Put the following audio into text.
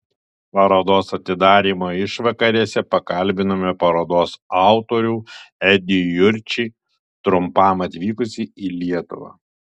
parodos atidarymo išvakarėse pakalbinome parodos autorių edį jurčį trumpam atvykusį į lietuvą